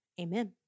Amen